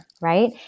right